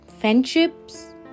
friendships